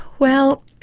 well,